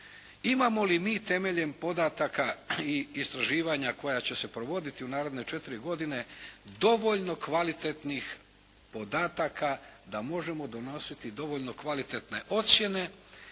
imamo li mi temeljem podataka i istraživanja koja će se provoditi u naredne 4 godine dovoljno kvalitetnih podataka da možemo donositi dovoljno kvalitetne ocjene